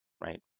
right